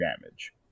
damage